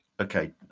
Okay